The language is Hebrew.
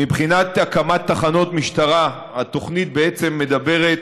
מבחינת הקמת תחנות משטרה, התוכנית בעצם מדברת,